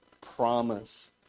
promise